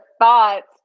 thoughts